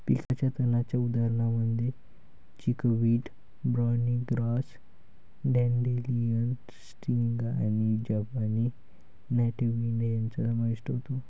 पिकाच्या तणांच्या उदाहरणांमध्ये chickweed, barney grass, dandelion, striga आणि जपानी नॉटवीड यांचा समावेश होतो